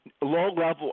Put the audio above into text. low-level